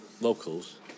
locals